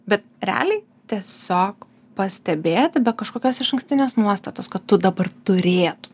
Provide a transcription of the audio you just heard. bet realiai tiesiog pastebėti be kažkokios išankstinės nuostatos kad tu dabar turėtum